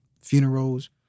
Funerals